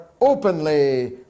openly